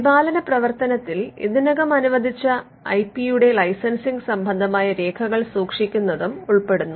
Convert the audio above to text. പരിപാലന പ്രവർത്തനത്തിൽ ഇതിനകം അനുവദിച്ച ഐ പി യുടെ ലൈസൻസിംഗ് സംബന്ധമായ രേഖകൾ സൂക്ഷിക്കുന്നതും ഉൾപ്പെടുന്നു